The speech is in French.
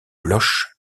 bloch